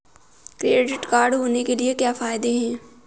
Credit card होने के क्या फायदे हैं?